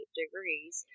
degrees